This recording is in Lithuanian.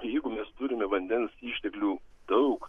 jeigu mes turime vandens išteklių daug